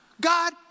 God